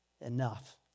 enough